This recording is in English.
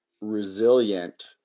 resilient